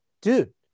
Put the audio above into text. dude